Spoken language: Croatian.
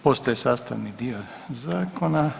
Postaje sastavni dio zakona.